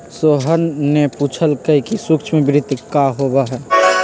सोहन ने पूछल कई कि सूक्ष्म वित्त का होबा हई?